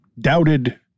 doubted